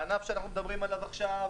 הענף שאנו מדברים עליו עכשיו,